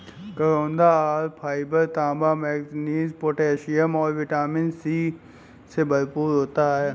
करौंदा आहार फाइबर, तांबा, मैंगनीज, पोटेशियम और विटामिन सी से भरपूर होते हैं